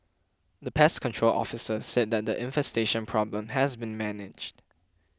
the pest control officer said that the infestation problem has been managed